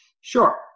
Sure